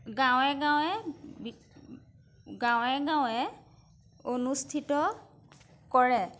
গাঁৱে গাঁৱে গাঁৱে গাঁৱে অনুষ্ঠিত কৰে